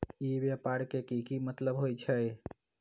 ई व्यापार के की मतलब होई छई?